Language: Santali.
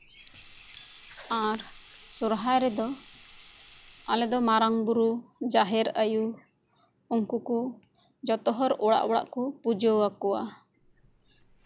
ᱟᱨ ᱥᱚᱨᱦᱟᱭ ᱨᱮᱫᱚ ᱟᱞᱮᱫᱚ ᱢᱟᱨᱟᱝ ᱵᱩᱨᱩ ᱡᱟᱦᱮᱨ ᱟᱭᱳ ᱩᱱᱠᱚ ᱠᱚ ᱡᱚᱛᱚ ᱦᱚᱲ ᱚᱲᱟᱜ ᱚᱲᱟᱜ ᱠᱚ ᱯᱩᱡᱟᱹ ᱟᱠᱚᱣᱟ